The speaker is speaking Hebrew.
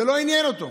זה לא עניין אותו.